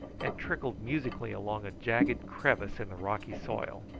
and trickled musically along a jagged crevice in the rocky soil,